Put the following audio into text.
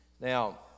Now